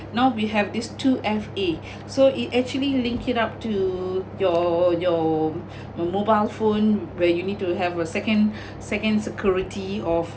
now we have this two F_A so it actually link it up to your your uh mobile phone where you need to have a second second security of